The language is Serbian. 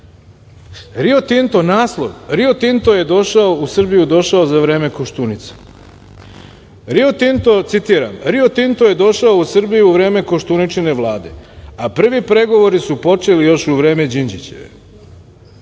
Rio Tinto, naslov, Rio Tinto je došao u Srbiju, došao za vreme Koštunice. Rio Tinto je, citiram, došao u vreme Koštuničine vlade, a prvi pregovori su počeli još u vreme Đinđićeve.